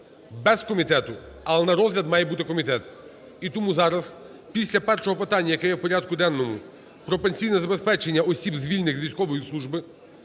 без комітету, але на розгляд має бути комітет. І тому зараз після першого питання, яке є в порядку денному, про пенсійне забезпечення осіб, звільнених з військової служби,